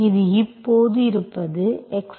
இது இப்போது இருப்பது xy